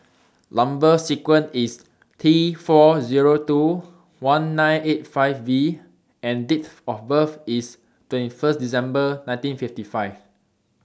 Number sequence IS T four Zero two one nine eight five V and Date of birth IS twenty one December nineteen fifty five